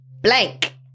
blank